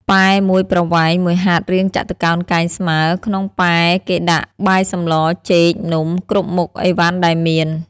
ពែមួយប្រវែង ១ហត្ថរាងចតុកោណកែងស្មើ ក្នុងពែគេដាក់បាយសម្ល ចេក នំ គ្រប់មុខឥវ៉ាន់ដែលមាន ។